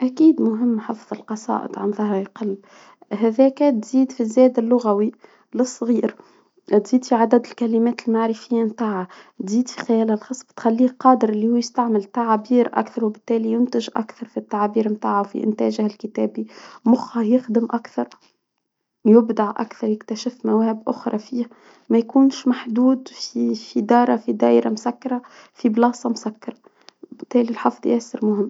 أكيد مهم حفظ القصائد عن ظهر القلب.، هذا كاد تزيد في الزيد اللغوي للصغير، لا تزيد في عدد الكلمات المعرفية متاعها، تزيد في خيال الخصم ،تخليه قادر لي هو يستعمل تعبير أكثر، وبالتالي ينتج أكثر في التعبير، متاعه في إنتاجه الكتاب، مخها يخدم أكثر، يبدع أكثر، يكتشف مواهب أخرى فيه، ما يكونش محدود في شي دارة في دايرة مسكرة، في بلاصة مسكرة، وبالتالي الحظ ياسر مهم.